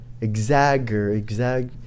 Exaggerate